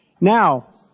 Now